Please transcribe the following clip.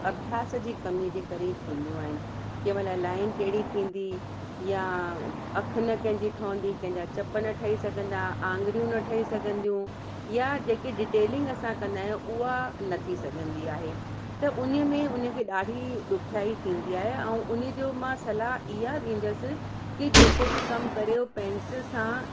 अभ्यास जी कमी जे करे ई थींदियूं आहिनि कंहिंमहिल लाइन टेड़ी थींदी यां अख न कंहिंजी ठहंदी कंहिंजा चप न ठही सघंदा आङिरियूं न ठही सघंदियूं यां जेके डिटेलिंग असां कंदा आहियूं उहा न थी सघंदी आहे त उन्हीअ में उन खे ॾाढी ॾुखियाई थींदी आहे ऐं उन्हीअ जो मां सलाह इहा ॾींदसि कि जेको बि कमु करियो पैंसिल सां